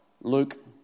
Luke